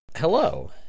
Hello